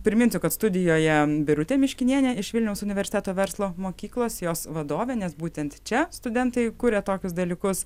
priminsiu kad studijoje birutė miškinienė iš vilniaus universiteto verslo mokyklos jos vadovė nes būtent čia studentai kuria tokius dalykus